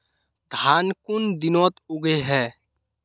धान कुन दिनोत उगैहे